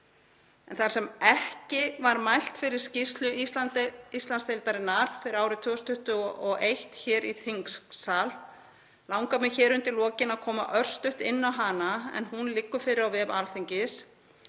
Þar sem ekki var mælt fyrir skýrslu Íslandsdeildarinnar fyrir árið 2021 hér í þingsal langar mig undir lokin að koma örstutt inn á hana en hún liggur fyrir á vef Alþingis